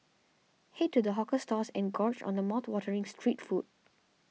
head to the hawker stalls and gorge on mouthwatering street food